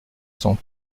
cent